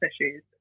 issues